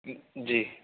جی